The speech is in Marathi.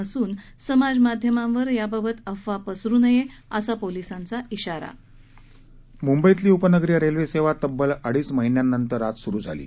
नसून समाजमाध्यमांवर याबाबत अफवा पसरवू नये असा पोलिसांचा इशारा मुंबईतली उपनगरीय रेल्वेसेवा तब्बल अडीच महिन्यांनंतर आज सुरू झाली आहे